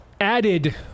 added